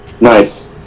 Nice